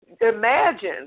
Imagine